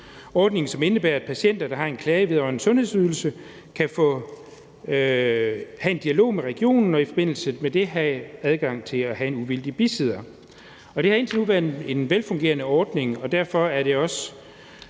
Ordningen indebærer, at patienter, der har en klage vedrørende sundhedsydelse, kan have en dialog med regionen og i forbindelse med det have adgang til at have en uvildig bisidder. Det har indtil nu været en velfungerende ordning, og derfor er det også,